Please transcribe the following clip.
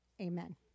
amen